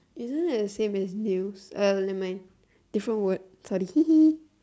isn't that the same as news uh never mind different word sorry